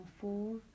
Four